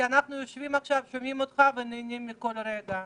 אנחנו יושבים עכשיו, שומעים אותך ונהנים מכל רגע.